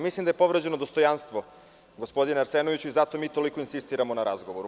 Mislim da je povređeno dostojanstvo, gospodine Arsenoviću izato mi toliko insistiramo na razgovoru.